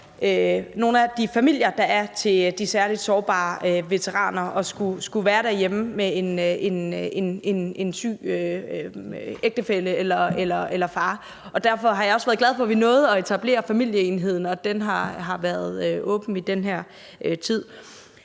nogle af de familier, der er til de særlig sårbare veteraner, at skulle være derhjemme med en syg ægtefælle eller far. Og derfor har jeg også været glad for, at vi nåede at etablere familieenheden, og at den har været åben i den her tid.